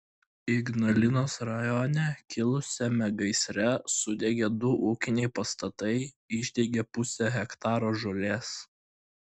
ignalinos rajone kilusiame gaisre sudegė du ūkiniai pastatai išdegė pusė hektaro žolės